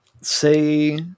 say